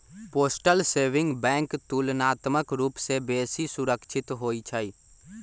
postal saving bank तुलनात्मक रूप से बेशी सुरक्षित होइ छइ